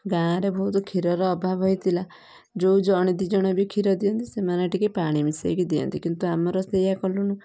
ଗାଁରେ ବହୁତ କ୍ଷୀରର ଅଭାବ ହେଇଥିଲା ଯେଉଁ ଜଣେ ଦୁଇ ଜଣ ବି କ୍ଷୀର ଦିଅନ୍ତି ସେମାନେ ଟିକେ ପାଣି ମିଶାଇକି ଦିଅନ୍ତି କିନ୍ତୁ ଆମର ସେଇଆ କଲୁନୁ